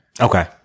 Okay